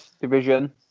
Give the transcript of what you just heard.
Division